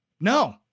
No